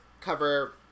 cover